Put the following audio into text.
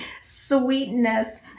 sweetness